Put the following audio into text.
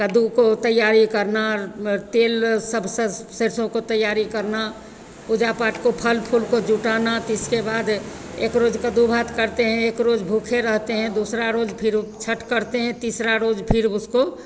कद्दू को तैयारी करना तेल सब सरसों को तैयारी करना पूजा पाठ को फल फूल को जुटाना तो इसके बाद एक रोज कद्दू भात करते हैं एक रोज भूखे रहते हैं दूसरा रोज फिर छठ करते हैं तीसरा रोज फिर उसको